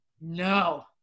No